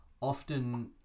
often